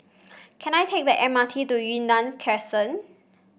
can I take the M R T to Yunnan Crescent